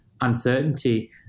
uncertainty